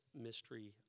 mystery